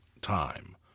time